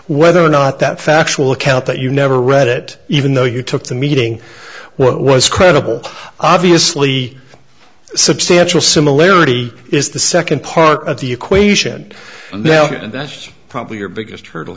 whether or not that factual account that you never read it even though you took the meeting was credible obviously substantial similarity is the second part of the equation and that's probably your biggest hurdle